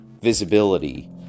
visibility